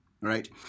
right